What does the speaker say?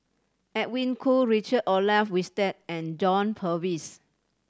Edwin Koo Richard Olaf Winstedt and John Purvis